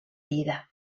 vida